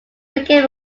became